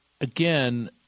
again